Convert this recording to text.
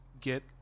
get